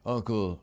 Uncle